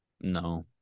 No